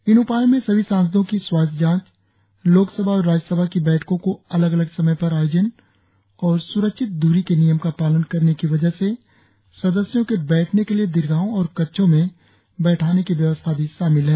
इन उपायों में सभी सांसदों की स्वास्थ्य जांच लोकसभा और राज्यसभा की बैठकों का अलग अलग समय पर आयोजन और सुरक्षित दूरी के नियम का पालन करने की वजह से सदस्यों के बैठने के लिए दीर्घाओं और कक्षों में बैठाने की व्यवसुथा भी शामिल है